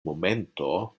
momento